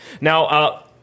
Now